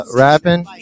rapping